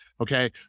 Okay